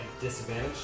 disadvantage